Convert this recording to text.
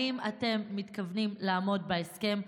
האם אתם מתכוונים לעמוד בהסכם,